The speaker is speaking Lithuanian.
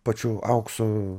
pačių aukso